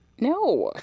no